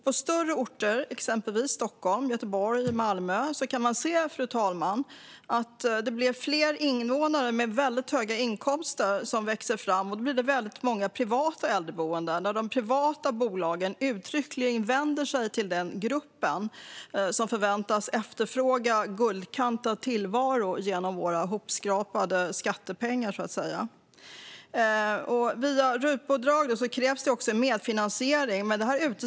På större orter som Stockholm, Göteborg och Malmö kan man se att det blir allt fler invånare med väldigt höga inkomster och därmed många privata äldreboenden där de privata bolagen uttryckligen vänder sig till den gruppen, som förväntas efterfråga en guldkantad tillvaro genom våra hopskrapade skattepengar. Det kräver medfinansiering via RUT-bidraget.